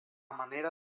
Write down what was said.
manera